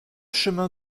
chemin